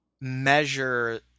measure